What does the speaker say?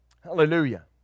Hallelujah